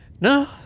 no